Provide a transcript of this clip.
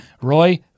Roy